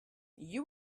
you